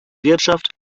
wirtschaft